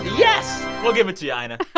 yes. we'll give it to you, and